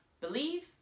believe